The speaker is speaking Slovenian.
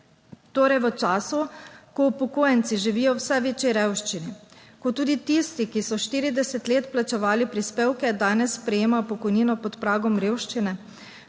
Torej v času, ko upokojenci živijo v vse večji revščini, ko tudi tisti, ki so 40 let plačevali prispevke, danes prejemajo pokojnino pod pragom revščine,